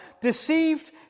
deceived